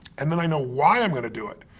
and then i know why i'm gonna do it.